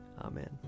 Amen